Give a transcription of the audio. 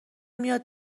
میاد